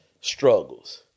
struggles